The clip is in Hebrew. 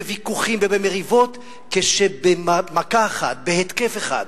בוויכוחים ובמריבות, כשבמכה אחת, בהתקף אחד,